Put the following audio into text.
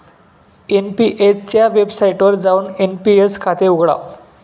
NPS च्या वेबसाइटवर जाऊन एन.पी.एस खाते उघडा